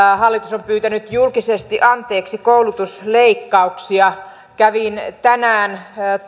hallitus on pyytänyt julkisesti anteeksi koulutusleikkauksia kävin tänään